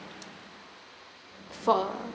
for